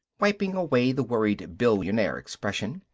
wiping away the worried billionaire expression.